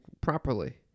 properly